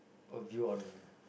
oh view on